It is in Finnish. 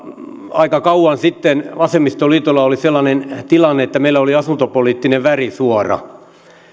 aika kauan sitten vasemmistoliitolla oli sellainen tilanne että meillä oli asuntopoliittinen värisuora